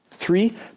Three